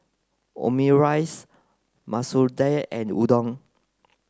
Omurice Masoor Dal and Udon